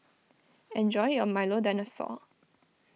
ejony your Milo Dinosaur